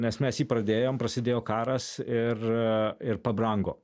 nes mes jį pradėjom prasidėjo karas ir ir pabrango